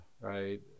right